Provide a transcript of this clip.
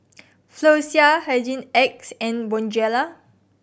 Floxia Hygin X and Bonjela